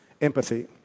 empathy